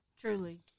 Truly